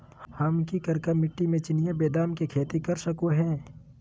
हम की करका मिट्टी में चिनिया बेदाम के खेती कर सको है?